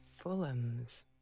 Fulhams